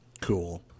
cool